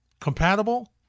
compatible